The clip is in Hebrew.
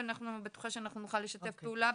ואני בטוחה שאנחנו נוכל לשתף פעולה,